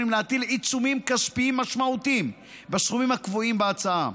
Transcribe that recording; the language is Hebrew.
להטיל עיצומים כספיים משמעותיים בסכומים הקבועים בהצעה.